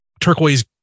turquoise